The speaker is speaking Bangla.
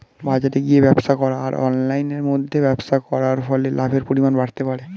বাজারে গিয়ে ব্যবসা করা আর অনলাইনের মধ্যে ব্যবসা করার ফলে লাভের পরিমাণ বাড়তে পারে?